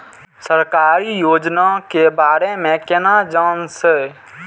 सरकारी योजना के बारे में केना जान से?